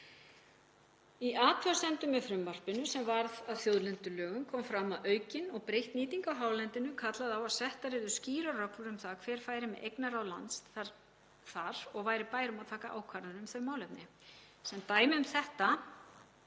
Í athugasemdum með frumvarpinu sem varð að þjóðlendulögum kom fram að aukin og breytt nýting á hálendinu kallaði á að settar yrðu skýrar reglur um það hver færi með eignarráð lands þar og væri bær um að taka ákvarðanir um þau málefni. Sem dæmi um þetta